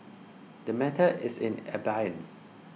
the matter is in abeyance